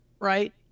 right